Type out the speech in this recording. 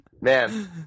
Man